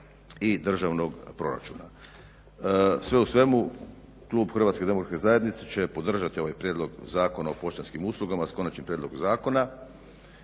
i državnog proračuna. Sve u svemu klub HDZ-a će podržati ovaj prijedlog Zakona o poštanskim uslugama s Konačnim prijedlogom zakona